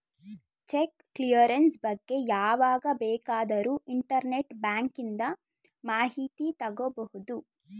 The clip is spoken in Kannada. ಚೆಕ್ ಕ್ಲಿಯರೆನ್ಸ್ ಬಗ್ಗೆ ಯಾವಾಗ ಬೇಕಾದರೂ ಇಂಟರ್ನೆಟ್ ಬ್ಯಾಂಕಿಂದ ಮಾಹಿತಿ ತಗೋಬಹುದು